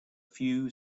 few